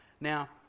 Now